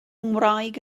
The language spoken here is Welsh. ngwraig